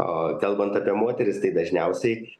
o kalbant apie moteris tai dažniausiai